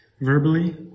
verbally